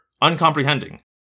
uncomprehending